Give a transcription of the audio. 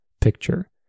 picture